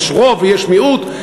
יש רוב ויש מיעוט,